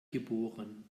geboren